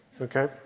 okay